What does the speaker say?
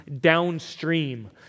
downstream